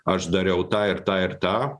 aš dariau tą ir tą ir tą